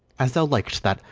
as thou lik'st that,